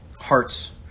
hearts